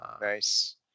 Nice